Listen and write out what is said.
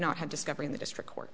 not had discovery in the district court